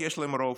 כי יש להם רוב.